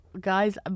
guys